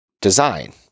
design